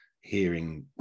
hearing